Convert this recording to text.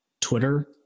Twitter